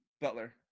Butler